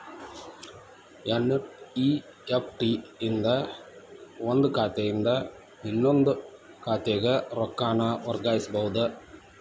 NEFT ಇಂದ ಒಂದ್ ಖಾತೆಯಿಂದ ಇನ್ನೊಂದ್ ಖಾತೆಗ ರೊಕ್ಕಾನ ವರ್ಗಾಯಿಸಬೋದು